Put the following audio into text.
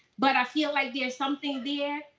but i feel like there's something there.